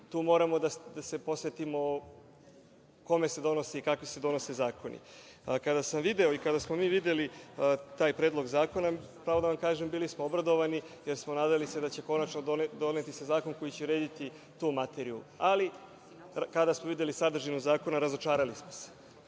tu moramo da se podsetimo kome se donosi i kakvi se donose zakoni. Kada sam video i kada smo mi videli taj predlog zakona, pravo da vam kažem, bili smo obradovani, jer smo se nadali će se konačno doneti zakon koji će urediti tu materiju. Ali, kada smo videli sadržinu zakona, razočarali smo se. Pa,